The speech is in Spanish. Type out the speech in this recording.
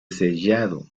sellado